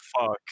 fuck